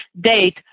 date